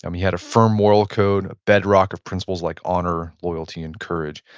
um he had a firm moral code, a bedrock of principles like honor, loyalty, and courage,